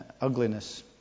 ugliness